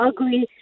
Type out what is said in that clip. ugly